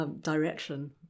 Direction